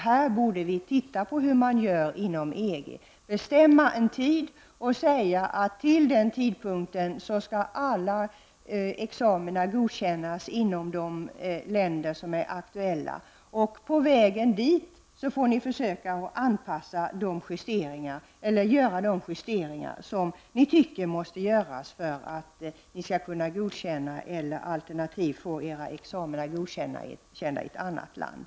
Här borde vi titta på hur man gör inom EG, bestämma en tid och säga att till den tidpunkten skall alla examina godkännas inom de länder som är aktuella. Fram till den tidpunkten får man sedan göra de justeringar som anses nödvändiga för att utländska examina skall kunna godkännas i det egna landet eller för att det egna landets ex amina skall kunna godkännas i ett annat land.